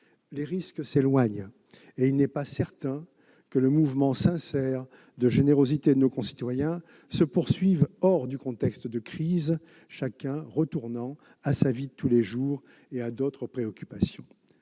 Les risques s'éloignent, et il n'est pas certain que le mouvement sincère de générosité de nos concitoyens se poursuive hors du contexte de crise, chacun retournant à sa vie de tous les jours et à d'autres préoccupations.